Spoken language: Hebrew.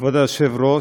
כבוד היושב-ראש,